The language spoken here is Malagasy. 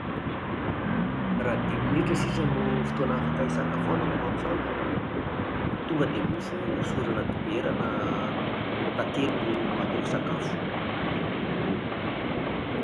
Dimy minitra sisa no fotoana afaka hisakafoanako ao an-trano. Tonga dia mofo hosorana dibera na tantely no ataoko sakafo